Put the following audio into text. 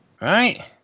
Right